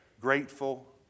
grateful